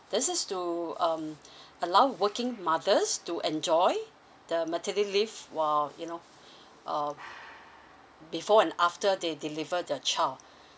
this is to um allow working mothers to enjoy the maternity leave while you know uh before and after they deliver the child